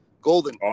golden